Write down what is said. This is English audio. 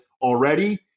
already